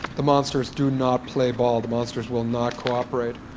the monsters do not play ball. the monsters will not cooperate.